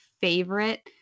favorite